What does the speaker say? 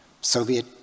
Soviet